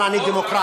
אבל אני דמוקרט.